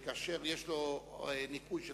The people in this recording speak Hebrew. כאשר יש לו ניכוי של